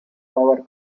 power